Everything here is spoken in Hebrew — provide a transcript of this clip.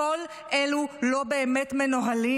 כל אלו לא באמת מנוהלים.